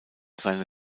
seine